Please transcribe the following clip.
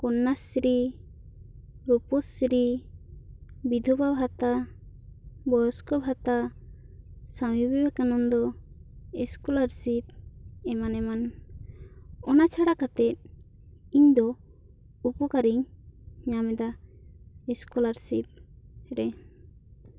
ᱠᱚᱱᱱᱟᱥᱨᱤ ᱨᱩᱯᱩᱥᱨᱤ ᱵᱤᱫᱷᱣᱟᱹ ᱵᱷᱟᱛᱟ ᱵᱚᱭᱥᱠᱚ ᱵᱷᱟᱛᱟ ᱥᱚᱣᱟᱢᱤ ᱵᱤᱵᱮᱠᱟᱱᱚᱱᱫᱚ ᱮᱥᱠᱚᱞᱟᱨᱥᱤᱯ ᱮᱢᱟᱱ ᱮᱢᱟᱱᱟᱜ ᱚᱱᱟ ᱪᱷᱟᱰᱟ ᱠᱟᱛᱮ ᱤᱧ ᱫᱚ ᱩᱯᱩᱠᱟᱨ ᱤᱧ ᱧᱟᱢ ᱮᱫᱟ ᱮᱥᱠᱚᱞᱟᱨᱥᱤᱯ ᱨᱮ